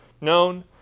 known